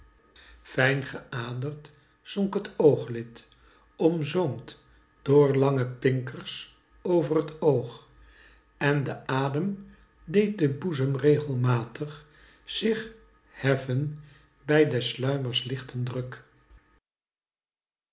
vonkte fijn geaderd zonk het ooglid omzoomd door lange pinkers over t oog en de adem deed den boezem regelmatig zich heffen bij des simmers lichten druk